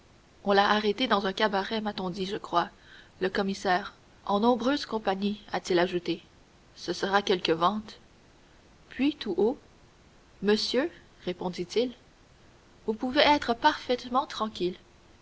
on l'a arrêté dans un cabaret m'a dit je crois le commissaire en nombreuse compagnie a-t-il ajouté ce sera quelque vente puis tout haut monsieur répondit-il vous pouvez être parfaitement tranquille